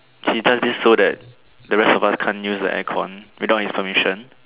he does this so that the rest of us can't use the air con without his permission